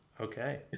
okay